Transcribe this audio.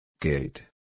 Gate